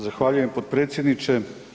Zahvaljujem potpredsjedniče.